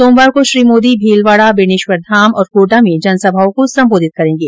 सोमवार को श्री मोदी भीलवाड़ा बेणेश्वरधाम तथा कोटा में जनसमाओं को सम्बोधित करेंगे